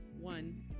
One